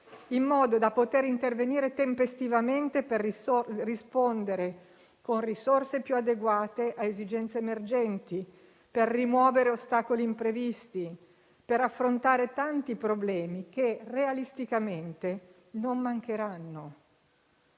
in modo da poter intervenire tempestivamente per rispondere con risorse più adeguate alle esigenze emergenti, per rimuovere ostacoli imprevisti e per affrontare tanti problemi, che - realisticamente - non mancheranno.